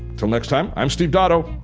till next time, i'm steve dotto.